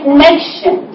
nation